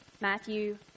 Matthew